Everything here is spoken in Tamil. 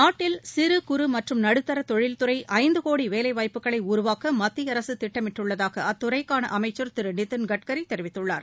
நாட்டில் சிறுகுறு மற்றும் நடுத்தர தொழில் துறை ஐந்து கோடி வேலைவாய்ப்புகளை உருவாக்க மத்திய அரசு திட்டமிட்டுள்ளதாக அத்துறைக்கான அமைக்கா் திரு நிதின் கட்கரி தெரிவித்துள்ளார்